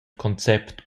concept